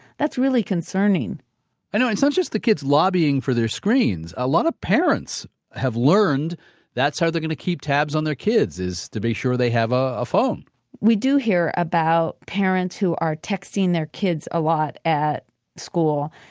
that's really concerning i know, it's not just the kids lobbying for their screens. a lot of parents have learned that's how they're going to keep tabs on their kids is to be sure they have a a phone we do hear about parents who are texting their kids a lot at school.